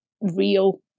real